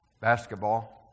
Basketball